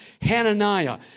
hananiah